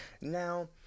now